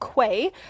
Quay